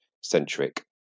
centric